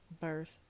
verse